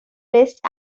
best